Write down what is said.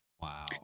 Wow